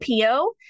PO